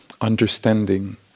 understanding